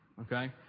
okay